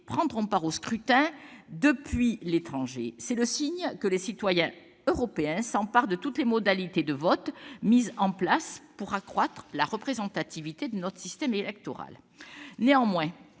prendront part au scrutin depuis l'étranger. C'est le signe que les citoyens européens s'emparent de toutes les modalités de vote mises en place pour accroître la représentativité de notre système électoral. Néanmoins,